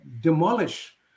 demolish